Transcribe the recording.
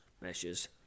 measures